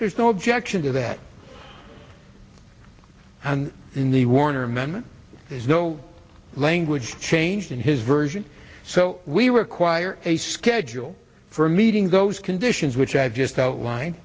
there's no objection to that and in the warner amendment is no language changed in his version so we require a schedule for meeting those conditions which i've just outline